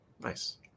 Nice